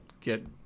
get